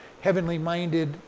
heavenly-minded